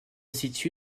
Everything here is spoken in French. situe